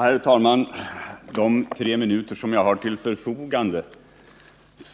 Herr talman! De tre minuter jag har till mitt förfogande